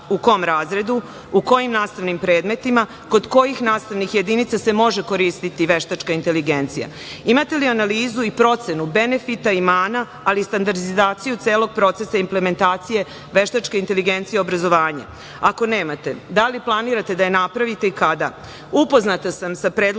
u kom razredu u kojim nastavnim predmetima, kod kojih nastavnih jedinica se može koristiti veštačka inteligencija? Imate li analizu i procenu benefita i mana, ali i standardizaciju celog procesa implementacije veštačke inteligencije obrazovanja? Ako nemate, da li planirate da je napravite i kada? Upoznata sam sa predlogom